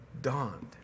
dawned